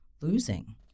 losing